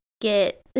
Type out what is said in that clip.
Get